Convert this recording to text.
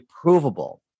provable